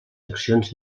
accions